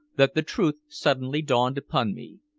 that the truth suddenly dawned upon me.